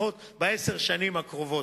לפחות בעשר השנים הקרובות.